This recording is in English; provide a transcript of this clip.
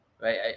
right